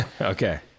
okay